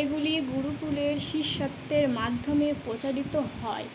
এগুলি গুরুকুলের শিষ্যত্বের মাধ্যমে প্রচারিত হয়